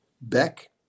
Beck